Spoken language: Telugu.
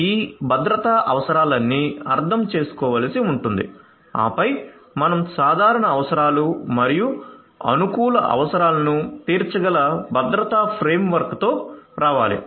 ఈ భద్రతా అవసరాలన్నీ అర్థం చేసుకోవలసి ఉంటుంది ఆపై మనం సాధారణ అవసరాలు మరియు అనుకూల అవసరాలను తీర్చగల భద్రతా ఫ్రేమ్వర్క్తో రావాలి